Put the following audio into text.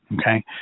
Okay